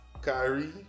Kyrie